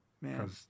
man